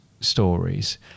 stories